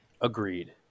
Agreed